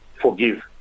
forgive